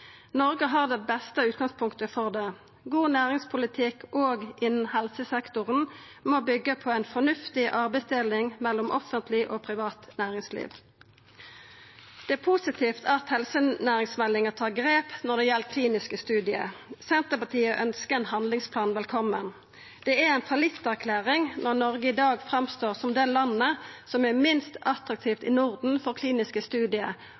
Noreg har det beste utgangspunktet for det. God næringspolitikk òg innanfor helsesektoren må byggja på ei fornuftig arbeidsdeling mellom offentleg og privat næringsliv. Det er positivt at helsenæringsmeldinga tar grep når det gjeld kliniske studiar. Senterpartiet ønskjer ein handlingsplan velkomen. Det er ei fallitterklæring når Noreg i dag framstår som det landet som er minst attraktivt i Norden for kliniske studiar,